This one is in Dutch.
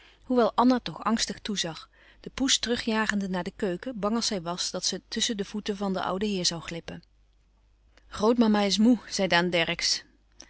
hoewel anna toch angstig toezag de poes terug jagende naar de keuken bang als zij was dat ze tusschen de voeten van den ouden heer zoû glippen grootmama is moê zei daan dercksz